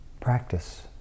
practice